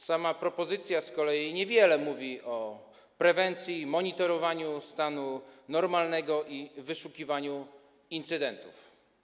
Sama propozycja z kolei niewiele mówi o prewencji, monitorowaniu stanu normalnego i wyszukiwaniu incydentów.